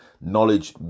knowledge